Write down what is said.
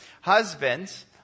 Husbands